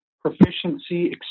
proficiency